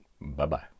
Bye-bye